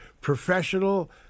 professional